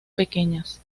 pequeñas